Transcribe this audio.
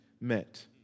met